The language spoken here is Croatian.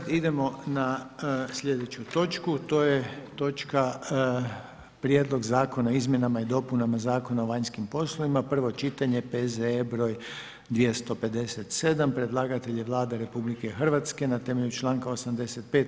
Sada idemo na sljedeću točku to je točka: - Prijedlog zakona o Izmjenama i dopunama Zakona o vanjskim poslovima, prvo čitanje, P.Z.E. br. 257; Predlagatelj je Vlada RH na temelju članka 85.